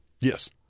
Yes